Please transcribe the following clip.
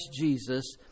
Jesus